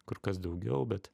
kur kas daugiau bet